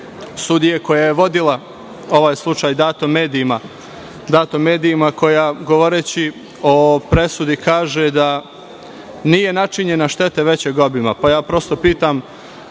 sudije koja je vodila ovaj slučaj, dat u medijima koja govoreći o presudi kaže da nije načinjena šteta većeg obima, pa ja prosto pitam